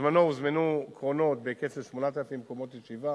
בזמנו הוזמנו קרונות בהיקף של 8,000 מקומות ישיבה.